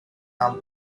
and